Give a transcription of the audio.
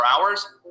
hours